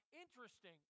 interesting